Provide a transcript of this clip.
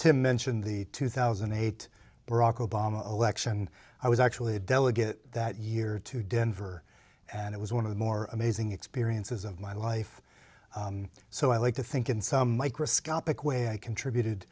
to mention the two thousand and eight barack obama election i was actually a delegate that year to denver and it was one of the more amazing experiences of my life so i like to think in some microscopic way i contributed